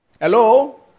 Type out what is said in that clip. hello